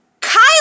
Kyle